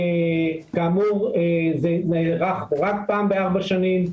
כאמור זה נערך רק פעם בארבע שנים.